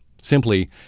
Simply